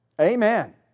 Amen